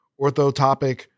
orthotopic